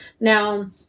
Now